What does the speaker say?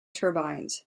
turbines